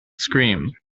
scream